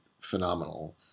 phenomenal